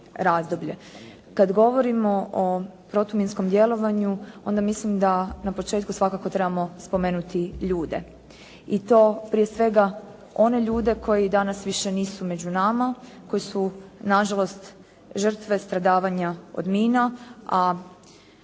Kad govorimo o protuminskom djelovanju onda mislim da na početku mislim da na početku svakako trebamo spomenuti ljude i to prije svega one ljude koji danas više nisu među nama, koji su na žalost žrtve stradavanja od mina.